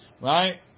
right